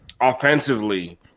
offensively